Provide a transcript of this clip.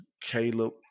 Caleb